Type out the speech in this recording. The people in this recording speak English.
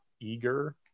eager